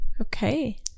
Okay